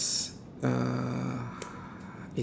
uh